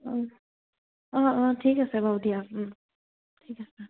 অঁ অঁ অঁ ঠিক আছে বাউ দিয়া ঠিক আছে